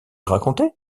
raconter